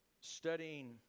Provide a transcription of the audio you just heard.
studying